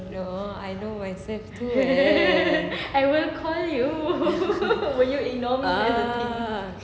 no I know myself too eh ah